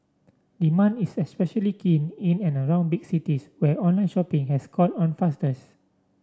demand is especially keen in and around big cities where online shopping has caught on fastest